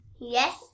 Yes